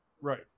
Right